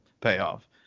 payoff